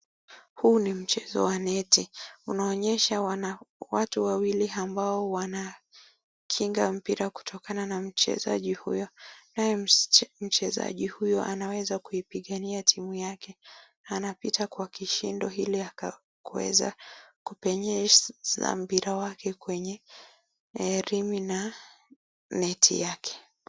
Huu ni mchezo wa neti, unaonyesha watu wawili ambao wanakinga mpira kutokana na mchezaji huyo, naye mchezaji huyo anaweza kuipigania timu yake. Anapita kwa kishindo ili kuweza kupenyeza mpira wake kwenye rimi na neti yake.